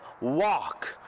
walk